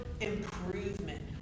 improvement